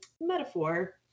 metaphor